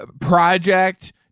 project